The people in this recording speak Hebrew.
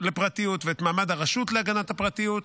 לפרטיות ואת מעמד הרשות להגנת הפרטיות.